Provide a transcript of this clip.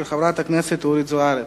של חברת הכנסת אורית זוארץ.